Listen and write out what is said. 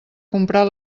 comprar